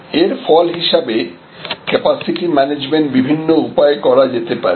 এর ফল হিসাবে ক্যাপাসিটি ম্যানেজমেন্ট বিভিন্ন উপায়ে করা যেতে পারে